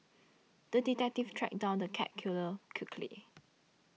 the detective tracked down the cat killer quickly